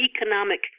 economic